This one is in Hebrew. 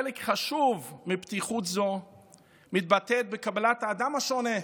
חלק חשוב מפתיחות זו מתבטא בקבלת האדם השונה.